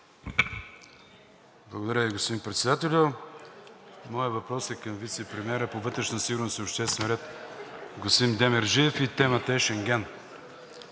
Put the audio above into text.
Благодаря Ви, господин Председателю. Моят въпрос е към вицепремиера по вътрешна сигурност и обществен ред – господин Демерджиев. Темата е Шенген.